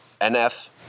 NF